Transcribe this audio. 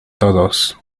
todos